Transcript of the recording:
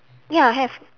ya I have